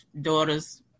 daughters